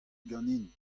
ganin